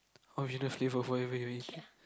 original flavor of whatever you're eating